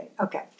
Okay